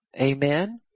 Amen